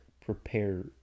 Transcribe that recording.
prepare